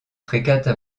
frégates